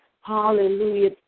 hallelujah